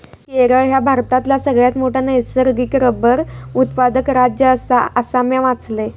केरळ ह्या भारतातला सगळ्यात मोठा नैसर्गिक रबर उत्पादक राज्य आसा, असा म्या वाचलंय